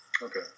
Okay